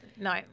No